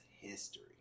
history